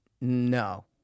No